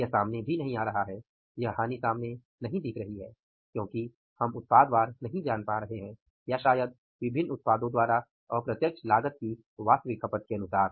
यह सामने नहीं आ रहा है यह हानि सामने नहीं दिख रही है क्योंकि हम उत्पाद वार नही जान पा रहे है या शायद विभिन्न उत्पादों द्वारा अप्रत्यक्ष लागत की वास्तविक खपत के अनुसार